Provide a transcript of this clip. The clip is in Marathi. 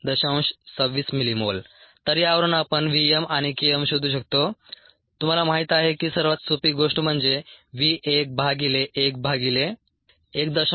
26 mM तर यावरून आपण v m आणि k m शोधू शकतो तुम्हाला माहिती आहे की सर्वात सोपी गोष्ट म्हणजे v 1 भागिले 1 भागिले 1